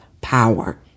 power